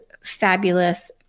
fabulous